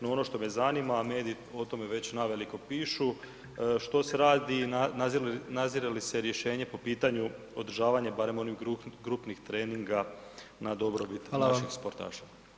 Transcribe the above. No ono što me zanima, a mediji o tome već naveliko pišu, što se radi i nadzire li se rješenje po pitanju održavanja barem onih grupnih trening na dobrobit naših sportaša?